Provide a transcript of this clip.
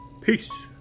peace